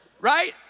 right